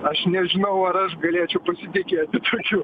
aš nežinau ar aš galėčiau pasitikėti tokiu